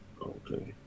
Okay